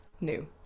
new